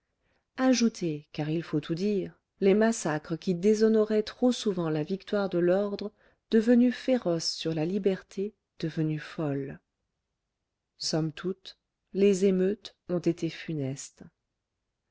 ajoutez car il faut tout dire les massacres qui déshonoraient trop souvent la victoire de l'ordre devenu féroce sur la liberté devenue folle somme toute les émeutes ont été funestes